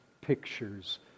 pictures